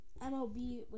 MLB